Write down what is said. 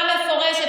אמרת בצורה מפורשת,